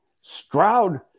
Stroud